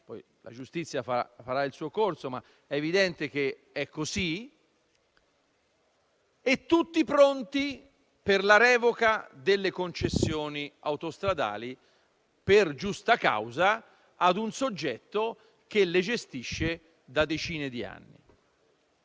che la giustizia farà il suo corso, è evidente che è così. Tutti pronti per la revoca delle concessioni autostradali per giusta causa a un soggetto che le gestisce da decine di anni.